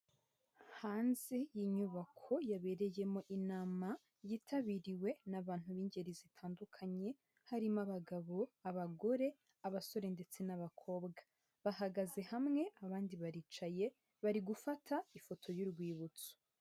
Hanze y'inyubako yabereyemo inama yitabiriwe n'abantu b'ingeri zitandukanye harimo abagabo, abagore, abasore ndetse n'abakobwa. Bahagaze hamwe abandi baricaye bari gufata ifoto y'urwibutso.